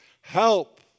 Help